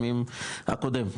הקודם,